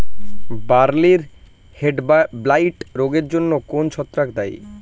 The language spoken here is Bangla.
বার্লির হেডব্লাইট রোগের জন্য কোন ছত্রাক দায়ী?